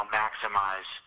maximize